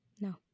No